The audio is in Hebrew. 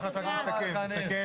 באמת, תנחה את